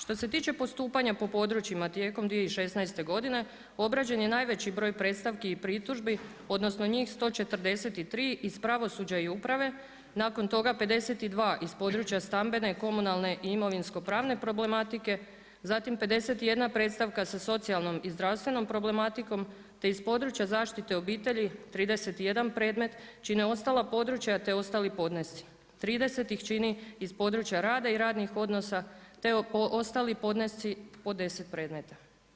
Što se tiče postupanja po područjima tijekom 2016. godine obrađen je najveći broj predstavki i pritužbi odnosno njih 143 iz pravosuđa i uprave, nakon toga 52 iz područja stambene, komunalne i imovinsko pravne problematike, zatim 51 predstavka sa socijalnom i zdravstvenom problematikom, te iz područja zaštite obitelji 31 predmet čine ostala područja te ostali podnesci, 30 ih čini iz područja rada i radnih odnosa te ostali podnesci po 10 predmeta.